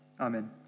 Amen